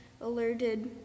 alerted